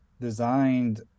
designed